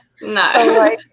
No